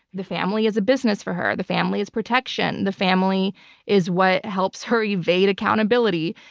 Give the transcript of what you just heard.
the family is a business for her. the family is protection. the family is what helps her evade accountability.